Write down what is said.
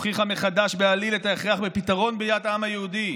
"הוכיחה מחדש בעליל את ההכרח בפתרון בעיית העם היהודי".